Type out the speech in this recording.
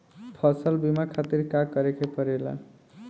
फसल बीमा खातिर का करे के पड़ेला?